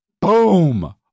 boom